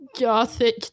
gothic